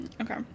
okay